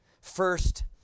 First